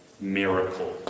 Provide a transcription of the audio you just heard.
miracle